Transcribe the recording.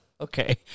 Okay